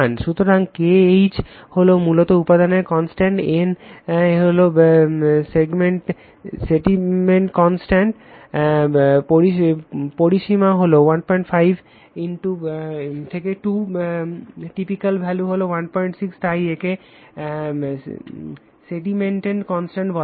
সুতরাং K h হল মূল উপাদানের কনস্ট্যান্ট n স্টেইনমেটজ কনস্ট্যান্ট পরিসীমা হলো 15 20 টিপিক্যাল ভ্যালু হল 16 তাই একে স্টেইনমেটজ কনস্ট্যান্ট বলা হয়